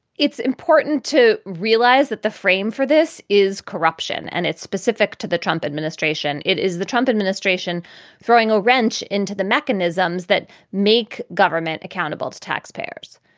it's important to realize that the frame for this is corruption and it's specific to the trump administration. it is the trump administration throwing a wrench into the mechanisms that make government accountable to taxpayers.